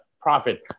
profit